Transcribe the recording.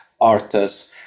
artists